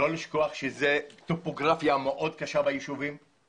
אל תשכחו שהטופוגרפיה ביישובים מאוד קשה,